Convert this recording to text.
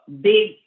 big